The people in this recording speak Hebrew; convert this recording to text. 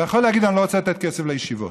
אתה יכול להגיד: אני לא רוצה לתת כסף לישיבות.